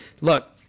look